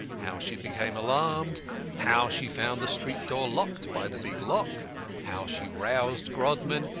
how she became alarmed how she found the street door locked by the big lock how she roused grodman,